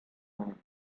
morning